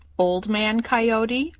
old man coyote,